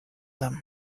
them